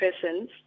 persons